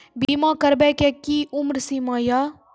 बीमा करबे के कि उम्र सीमा या?